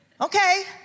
Okay